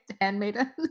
handmaiden